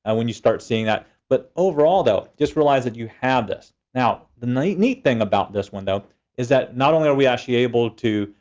and when you start seeing that. but overall though, just realize that you have this. now the neat thing about this window is that not only are we actually able to,